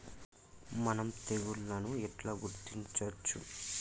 మనం తెగుళ్లను ఎట్లా గుర్తించచ్చు?